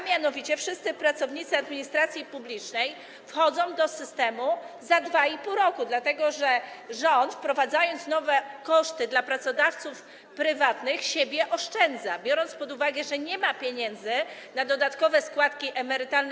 Mianowicie wszyscy pracownicy administracji publicznej wchodzą do systemu za 2,5 roku, dlatego że rząd, wprowadzając nowe koszty dla pracodawców prywatnych, siebie oszczędza, biorąc pod uwagę, że nie ma w swoim budżecie pieniędzy na dodatkowe składki emerytalne.